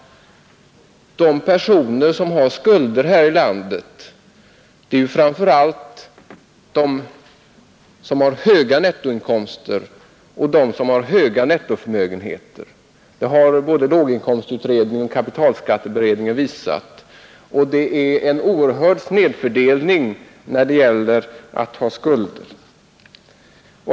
De personer som har skulder här i landet är ju framför allt de som har höga nettoinkomster och höga nettoförmögenheter — det har både låginkomstutredningen och kapitalskatteberedningen visat. Det är en oerhörd snedfördelning när det gäller att ha skulder.